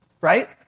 Right